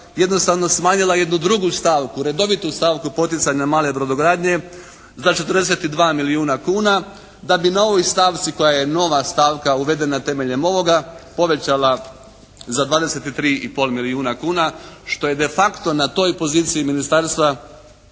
jednostavno smanjila jednu drugu stavku, redovitu stavku poticanja male brodogradnje za 42 milijuna kuna da bi na ovoj stavci koja je nova stavka uvedena temeljem ovoga povećala za 23,5 milijuna kuna što je de facto na toj poziciji Ministarstva